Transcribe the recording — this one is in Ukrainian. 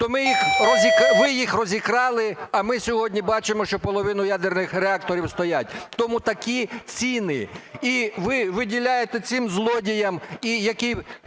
їх… ви їх розікрали. А ми сьогодні бачимо, що половина ядерних реакторів стоять. Тому такі ціні. І ви виділяєте цим злодіям, яких